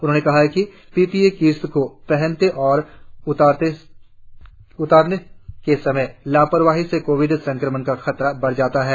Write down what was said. उन्होंने कहा कि पी पी ई किट्स को पहनने और उसे उतारने के समय लापरवाही से कोविड संक्रमण का खतरा बढ़ जाता है